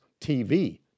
TV